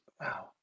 wow